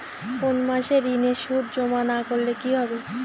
কোনো মাসে ঋণের সুদ জমা না করলে কি হবে?